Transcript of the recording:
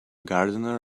gardener